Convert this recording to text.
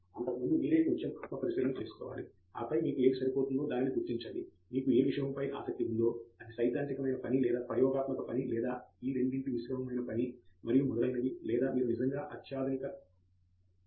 అంతకు ముందే మీరు కొంచెం ఆత్మపరిశీలన చేసుకోవాలి ఆపై మీకు ఏది సరిపోతుందో దానిని గుర్తించండి మీకు ఏ విషయముపై ఆసక్తి ఉందో అది సైద్ధాంతికమైన పని లేదా ప్రయోగాత్మక పని లేదా ఈ రెండిటి మిశ్రమమైన పని మరియు మొదలైనవి లేదా మీరు నిజంగా అత్యాధునిక విషయాలను చేయాలనుకుంటున్నారా